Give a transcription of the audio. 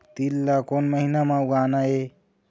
तील ला कोन महीना म उगाना ये?